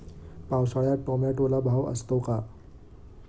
पावसाळ्यात टोमॅटोला भाव असतो का?